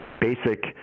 basic